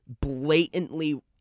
blatantly